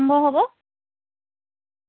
apple দুইশ ষাঠি টকা